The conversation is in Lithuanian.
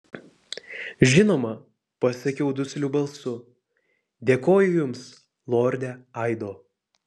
žinoma pasakiau dusliu balsu dėkoju jums lorde aido